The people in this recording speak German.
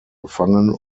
gefangen